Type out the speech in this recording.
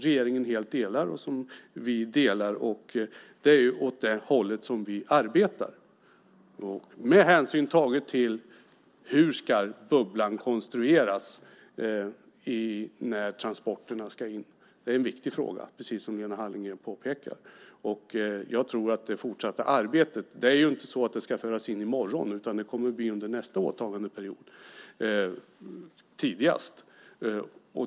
Regeringen delar helt den åsikten, och det är åt det hållet som vi i alliansen arbetar - med hänsyn taget till hur bubblan ska konstrueras när transporterna ska in. Det är en viktig fråga, precis som Lena Hallengren påpekar. Detta ska inte införas i morgon utan det blir tidigast under nästa åtagandeperiod.